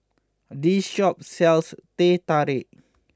this shop sells Teh Tarik